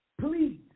please